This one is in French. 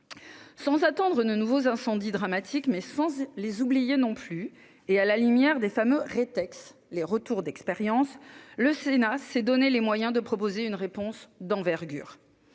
Sans attendre de nouveaux incendies dramatiques, mais sans oublier non plus les précédents, le Sénat, à la lumière des fameux « retex », les retours d'expérience, s'est donné les moyens de proposer une réponse d'envergure.